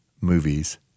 Movies